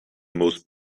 most